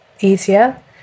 easier